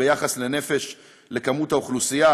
ביחס לגודל האוכלוסייה,